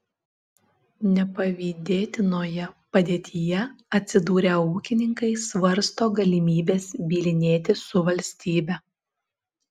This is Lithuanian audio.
nepavydėtinoje padėtyje atsidūrę ūkininkai svarsto galimybes bylinėtis su valstybe